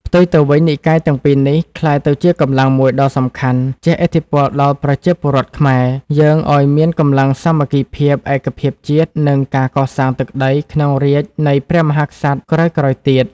ផ្ទុយទៅវិញ និកាយទាំងពីរនេះក្លាយទៅជាកម្លាំងមួយដ៏សំខាន់ ជះឥទ្ធិពលដល់ប្រជាពលរដ្ឋខ្មែរ យើងឱ្យមានកម្លាំងសាមគ្គីភាពឯកភាពជាតិ និងការកសាងទឹកដីក្នុងរាជ្យនៃព្រះមហាក្សត្រក្រោយៗទៀត។